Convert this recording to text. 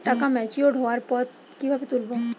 টাকা ম্যাচিওর্ড হওয়ার পর কিভাবে তুলব?